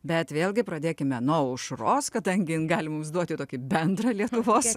bet vėlgi pradėkime nuo aušros kadangi jin gali mums duoti tokį bendrą lietuvos